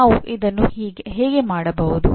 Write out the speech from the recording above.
ನಾವು ಇದನ್ನು ಹೇಗೆ ಮಾಡುವುದು